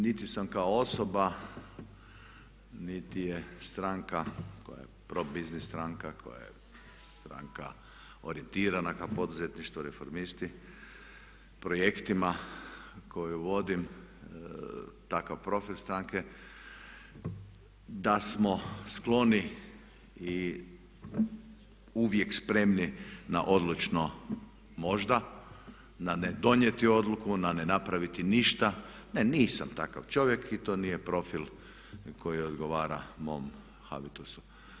Niti sam kao osoba niti je stranka koja je pro biznis stranka, koja je stranka orijentirana ka poduzetništvu Reformisti, projektima koju vodim, takav profil stranke, da smo skloni i uvijek spremni na odlučno možda, na ne donijeti odluku, na ne napraviti ništa, ne nisam takav čovjek i to nije profil koji odgovara moli habitusu.